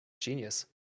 genius